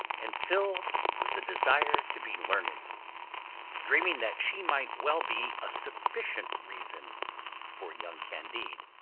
and filled with the desire to be learned dreaming that she might well be a sufficient reason for young candide,